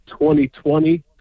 2020